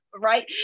right